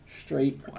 Straight